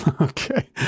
Okay